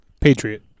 Patriot